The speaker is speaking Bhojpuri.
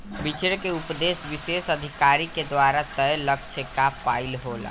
बिछरे के उपदेस विशेष अधिकारी के द्वारा तय लक्ष्य क पाइल होला